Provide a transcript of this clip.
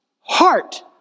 heart